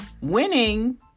winning